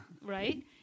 right